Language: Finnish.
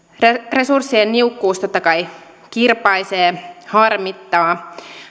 resurssien niukkuus totta kai kirpaisee harmittaa